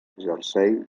jersei